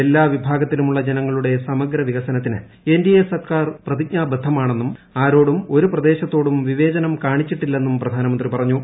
എല്ലാ ് വിഭാഗത്തിലുമുള്ള ജനങ്ങളുടെ സമഗ്ര വികസനത്തിന് എൻ ഡി എ സർക്കാർ പ്രതിജ്ഞാബദ്ധമാണെന്നും ആരോടും ഒരു പ്രദേശത്തോടും വിവേചനം കാണിച്ചിട്ടില്ലെന്നും പ്രധാനമന്ത്രി പറഞ്ഞു